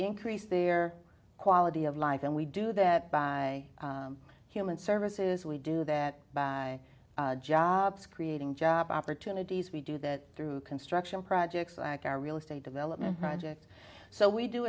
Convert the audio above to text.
increase their quality of life and we do that by human services we do that by jobs creating job opportunities we do that through construction projects like our real estate development project so we do